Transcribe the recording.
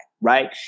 right